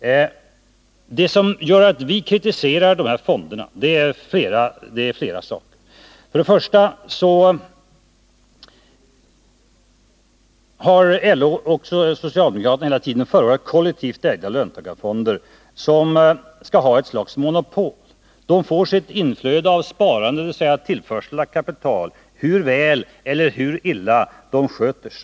Vi kritiserar de här fonderna av flera orsaker. Först och främst har LO och socialdemokratin hela tiden förordat kollektivt ägda fonder som skall ha ett slags monopol. De får sitt inflöde av sparande, dvs. tillförsel av kapital, hur väl eller hur illa de än sköter sig.